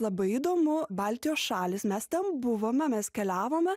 labai įdomu baltijos šalys mes ten buvome mes keliavome